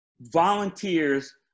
volunteers